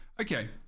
okay